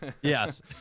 yes